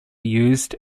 used